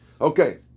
Okay